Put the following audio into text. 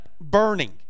burning